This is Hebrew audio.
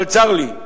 אבל צר לי,